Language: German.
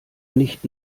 nicht